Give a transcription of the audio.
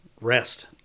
Rest